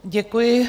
Děkuji.